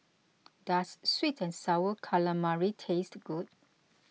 does Sweet and Sour Calamari taste good